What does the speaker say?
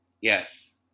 Yes